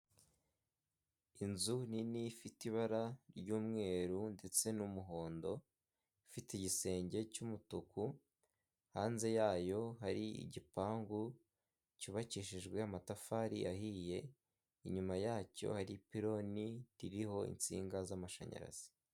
Inzu nini ifite ibara ry'umweru ndetse n'umuhondo, ifite igisenge cy'umutuku hanze yayo hari igipangu cyubakishijwe amatafari ahiye inyuma yacyo hari ipironi ririho insinga z'amashanyarazi.